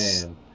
man